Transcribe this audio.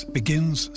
begins